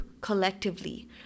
collectively